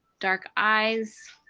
dark eyes,